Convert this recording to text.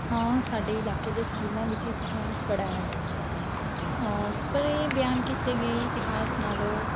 ਹਾਂ ਸਾਡੇ ਇਲਾਕੇ ਦੇ ਸਕੂਲਾਂ ਵਿੱਚ ਇਤਿਹਾਸ ਪੜ੍ਹਾਇਆ ਜਾਂਦਾ ਹੈ ਪਰ ਇਹ ਬਿਆਨ ਕੀਤੇ ਗਏ ਇਤਿਹਾਸ ਨਾਲੋਂ